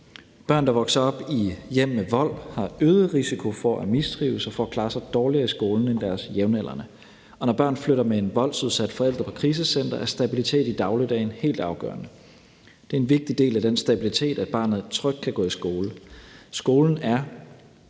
Børn, der vokser op i hjem med vold, har øget risiko for at mistrives og for at klare sig dårligere i skolen end deres jævnaldrende, og når børn flytter med en voldsudsat forælder på krisecenter, er stabilitet i dagligdagen helt afgørende. Det er en vigtig del af den stabilitet, at barnet trygt kan gå i skole. Skolen er